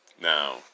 Now